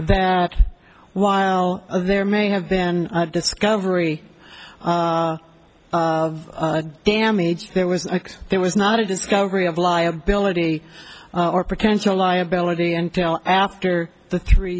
that while there may have been discovery of damage there was there was not a discovery of liability or potential liability until after the three